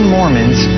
Mormons